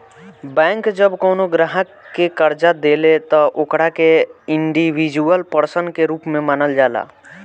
bank जब कवनो ग्राहक के कर्जा देले त ओकरा के इंडिविजुअल पर्सन के रूप में मानल जाला